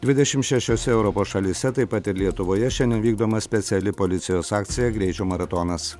dvidešim šešiose europos šalyse taip pat ir lietuvoje šiandien vykdoma speciali policijos akcija greičio maratonas